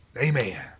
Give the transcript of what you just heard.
Amen